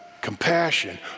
compassion